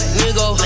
nigga